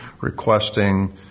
requesting